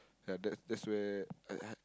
ya that's that's where I had